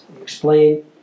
explain